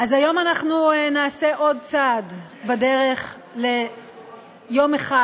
אז היום אנחנו נעשה עוד צעד בדרך ליום אחד